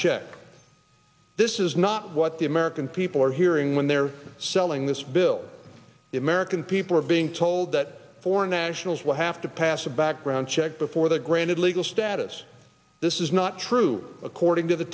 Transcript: check this is not what the american people are hearing when they're selling this bill the american people are being told that foreign nationals will have to pass a background check before the granted legal status this is not true according to the